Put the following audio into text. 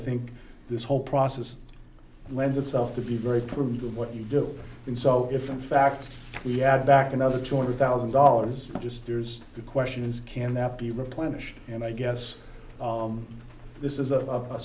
think this whole process lends itself to be very prudent to what you do and so if in fact we add back another two hundred thousand dollars just there's the question is can that be replenished and i guess this is